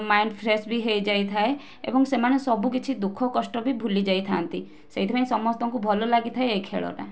mind fresh ବି ହୋଇଯାଇଥାଏ ଏବଂ ସେମାନେ ସବୁ କିଛି ଦୁଃଖ କଷ୍ଟ ବି ଭୁଲି ଯାଇଥାଆନ୍ତି ସେଥିପାଇଁ ସମସ୍ତଙ୍କୁ ଭଲ ଲାଗିଥାଏ ଏହି ଖେଳଟା